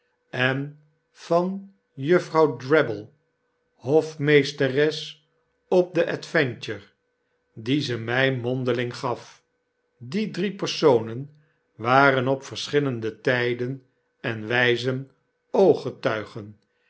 en van juffrouw drabble hofmeesteres op de adventure die ze my mondeling gaf die drie personen waren op verschillende tyden en wyzen ooggetuigen